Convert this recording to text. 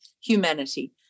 humanity